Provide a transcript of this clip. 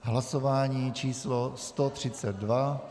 Hlasování číslo 132.